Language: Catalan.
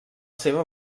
seva